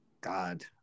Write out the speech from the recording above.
God